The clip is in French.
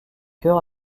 chœur